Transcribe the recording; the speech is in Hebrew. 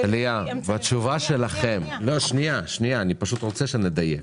טליה, אני רוצה שנדייק.